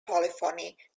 polyphony